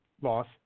loss